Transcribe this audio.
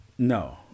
No